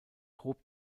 hob